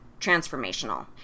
transformational